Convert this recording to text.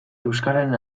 euskararen